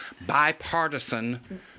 bipartisan